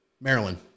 Maryland